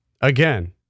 Again